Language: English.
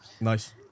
Nice